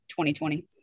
2020